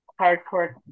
hardcore